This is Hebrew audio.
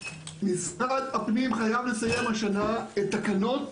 משרד הפנים חייב לסיים השנה את תקנות